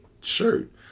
shirt